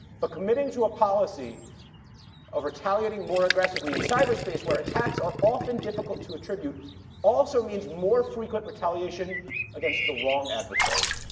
but committing to a policy of retaliating more aggressively in cyberspace where attacks are often difficult to attribute also means more frequent retaliation against the wrong adversary,